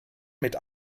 mit